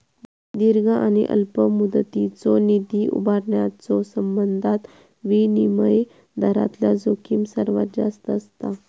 दीर्घ आणि अल्प मुदतीचो निधी उभारण्याच्यो संबंधात विनिमय दरातला जोखीम सर्वात जास्त असता